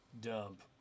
dump